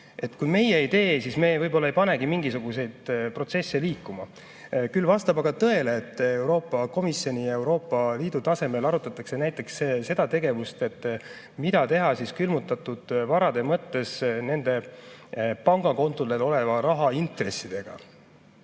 Kui meie ei tee, siis me võib-olla ei panegi mingisuguseid protsesse liikuma. Küll vastab aga tõele, et Euroopa Komisjoni ja Euroopa Liidu tasemel arutatakse näiteks, mida teha külmutatud varade mõttes nende pangakontodel oleva raha intressidega.